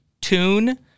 tune